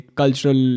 cultural